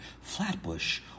Flatbush